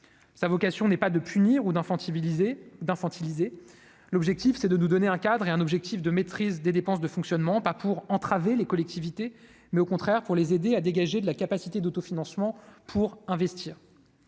sa vocation n'est pas de punir ou d'enfants civilisés d'infantiliser l'objectif, c'est de nous donner un cadre et un objectif de maîtrise des dépenses de fonctionnement pas pour entraver les collectivités, mais au contraire pour les aider à dégager de la capacité d'autofinancement pour investir